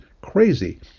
Crazy